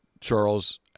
Charles